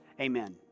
Amen